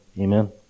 amen